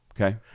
Okay